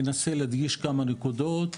אני אנסה להדגיש כמה נקודות